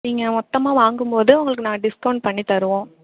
நீங்கள் மொத்தமாக வாங்கும் போது உங்களுக்கு நாங்கள் டிஸ்கவுண்ட் பண்ணி தருவோம்